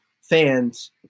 fans